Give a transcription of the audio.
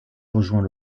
rejoint